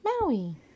Maui